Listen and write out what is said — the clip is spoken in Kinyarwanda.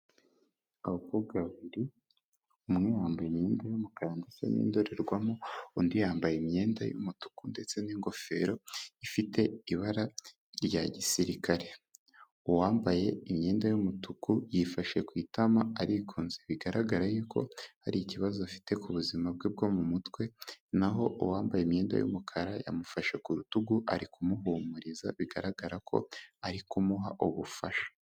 Abakobwa babiri, umwe yambaye imyenda y'umukara hamwe n'indorerwamo, undi yambaye imyenda y'umutuku ndetse n'ingofero ifite ibara rya gisirikare, uwambaye imyenda y'umutuku yifashe ku itama arigunze, bigaragara yuko hari ikibazo afite ku buzima bwe bwo mu mutwe, n'aho uwambaye imyenda y'umukara yamufashe ku rutugu ari kumuhumuriza, bigaragara ko ari kumuha ubufasha.